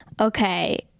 Okay